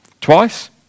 Twice